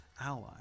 ally